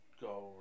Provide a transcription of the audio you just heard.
go